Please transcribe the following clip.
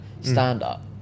stand-up